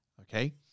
Okay